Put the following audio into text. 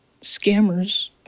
scammers